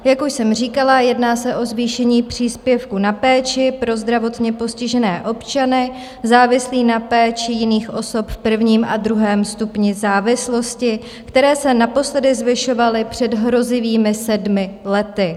Jak už jsem říkala, jedná se o zvýšení příspěvku na péči pro zdravotně postižené občany, závislé na péči jiných osob, v prvním a druhém stupni závislosti, který se naposledy zvyšoval před hrozivými sedmi lety.